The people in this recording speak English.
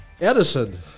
Edison